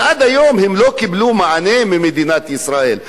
עד היום הם לא קיבלו מענה ממדינת ישראל,